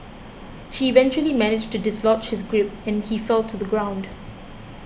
she eventually managed to dislodge his grip and he fell to the ground